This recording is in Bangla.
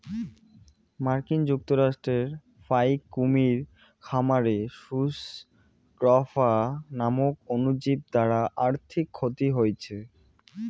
মার্কিন যুক্তরাষ্ট্রর ফাইক কুমীর খামারে সুস স্ক্রফা নামক অণুজীব দ্বারা আর্থিক ক্ষতি হইচে